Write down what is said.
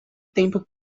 tempo